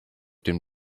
dem